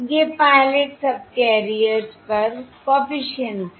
ये pilot subcarriers पर coefficients हैं